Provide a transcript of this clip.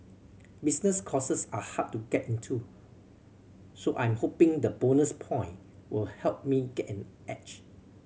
business courses are hard to get into so I am hoping the bonus point will help me get an edge